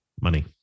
money